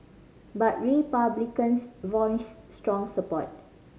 but Republicans voiced strong support